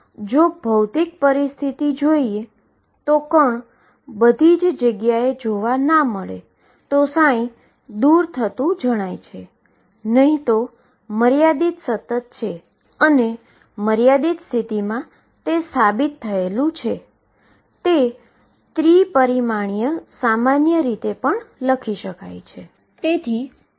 હવે કે આપણે fe mω2ℏx2તરીકે ψ ને લખીને પણ સમીકરણ લખી શકીએ છીએ જ્યાં ±∞પર f x એ emω2ℏx2 કરતાં વધુ ઝડપથી વધવા ન જોઈએ